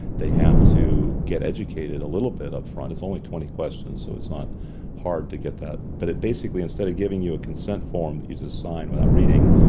they have to get educated a little bit upfront. it's only twenty questions, so it's not hard to get that but it basically instead of giving you a consent form that you just sign without reading,